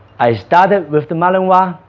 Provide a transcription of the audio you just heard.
i started with the malinois, ah